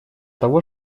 того